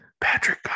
Patrick